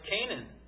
Canaan